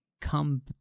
come